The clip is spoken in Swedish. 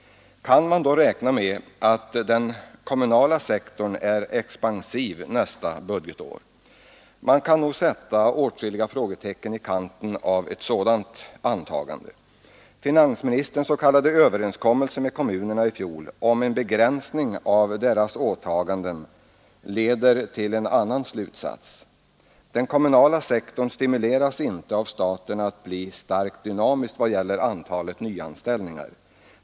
Kan man då räkna med att den kommunala sektorn är expansiv nästa budgetår? Man kan nog sätta åtskilliga frågetecken i kanten för ett sådant antagande. Finansministerns s.k. överenskommelse med kommunerna i fjol om en begränsning av deras åtaganden leder till en annan slutsats. Den kommunala sektorn stimuleras inte av staten att bli starkt dynamisk i vad gäller antalet nyanställningar.